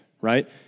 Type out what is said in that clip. right